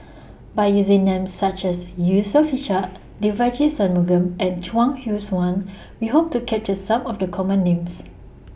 By using Names such as Yusof Ishak Devagi Sanmugam and Chuang Hui Tsuan We Hope to capture Some of The Common Names